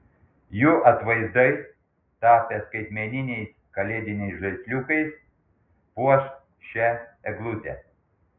jų atvaizdai tapę skaitmeniniais kalėdiniais žaisliukais puoš šią eglutę